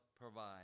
provide